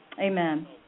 Amen